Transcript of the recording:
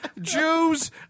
Jews